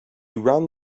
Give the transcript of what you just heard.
run